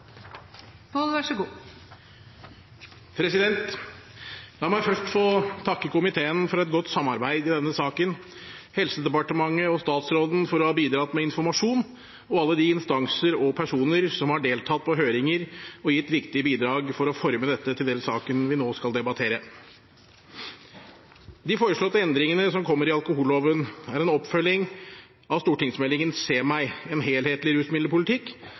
La meg først få takke komiteen for et godt samarbeid i denne saken, Helsedepartementet og statsråden for å ha bidratt med informasjon, og alle de instanser og personer som har deltatt på høringer og gitt viktige bidrag for å forme dette til den saken vi nå skal debattere. De foreslåtte endringene som kommer i alkoholloven, er en oppfølging av Meld. St. 30 for 2011–2012, Se meg! En helhetlig rusmiddelpolitikk,